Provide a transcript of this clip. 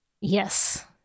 Yes